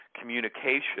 communication